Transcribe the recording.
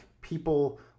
people